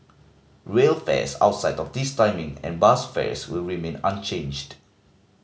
rail fares outside of this timing and bus fares will remain unchanged